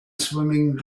swimming